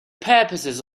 purposes